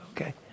Okay